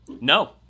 No